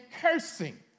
cursing